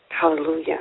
Hallelujah